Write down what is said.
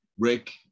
Rick